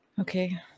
Okay